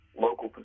local